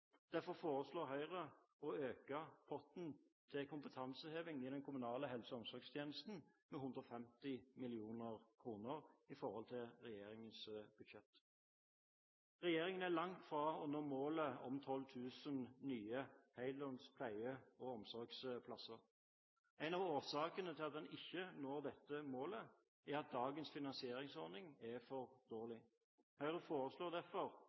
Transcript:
Derfor foreslår Høyre å øke potten til kompetanseheving i den kommunale helse- og omsorgstjenesten med 150 mill. kr i forhold til regjeringens budsjett. Regjeringen er langt fra å nå målet om 12 000 nye heldøgns pleie- og omsorgsplasser. En av årsakene til at en ikke når dette målet, er at dagens finansieringsordning er for dårlig. Høyre foreslår derfor